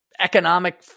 economic